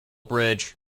bridge